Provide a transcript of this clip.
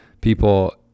people